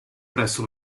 presso